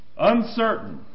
Uncertain